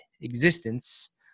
existence